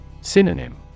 Synonym